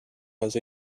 has